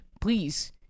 Please